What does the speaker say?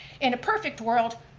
in a perfect world,